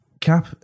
cap